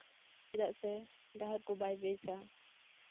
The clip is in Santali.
ᱪᱮᱫᱟᱜ ᱥᱮ ᱰᱟᱦᱟᱨ ᱠᱚ ᱵᱟᱭ ᱵᱮᱥᱟ